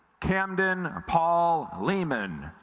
camden ah paul lehmann